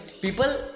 people